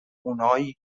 اونایی